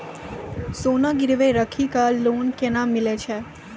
सोना गिरवी राखी कऽ लोन केना मिलै छै?